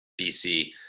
BC